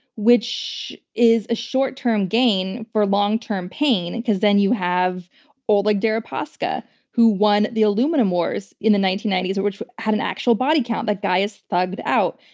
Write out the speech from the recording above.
which is a short-term gain for long-term pain because then you have oleg deripaska who won the aluminum wars in the nineteen ninety s which had an actual body count. that guy is thugged out.